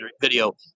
video